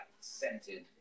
scented